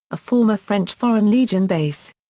a former french foreign legion base.